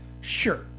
Sure